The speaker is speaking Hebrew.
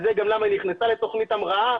זה גם למה היא נכנסה תוכנית הבראה,